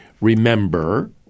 remember